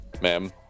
ma'am